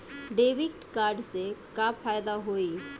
Debit card से का फायदा होई?